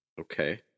Okay